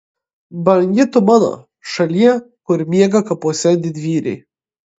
brangi tu mano šalie kur miega kapuose didvyriai